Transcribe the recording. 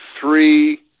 three